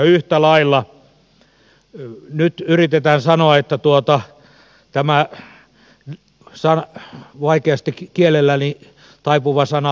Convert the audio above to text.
yhtä lailla ei voida sanoa mitä tämä vaikeasti kielelläni taipuva sana